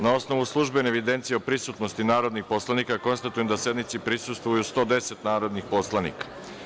Na osnovu službene evidencije o prisutnosti narodnih poslanika, konstatujem da sednici prisustvuje 110 narodnih poslanika.